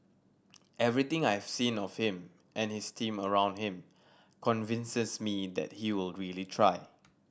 everything I've seen of him and his team around him convinces me that he will really try